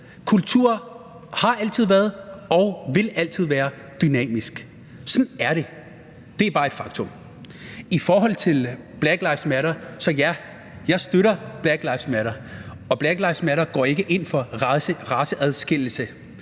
Kulturen har altid været og vil altid være dynamisk. Sådan er det. Det er bare et faktum. I forhold til »Black lives matter«: Ja, jeg støtter »Black lives matter«, og »Black lives matter« går ikke ind for raceadskillelse.